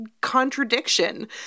contradiction